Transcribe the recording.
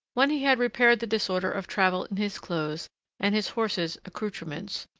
when he had repaired the disorder of travel in his clothes and his horse's accoutrements,